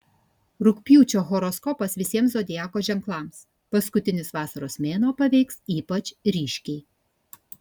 rugpjūčio horoskopas visiems zodiako ženklams paskutinis vasaros mėnuo paveiks ypač ryškiai